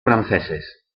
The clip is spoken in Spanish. franceses